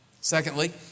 Secondly